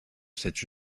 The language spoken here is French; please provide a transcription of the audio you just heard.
cette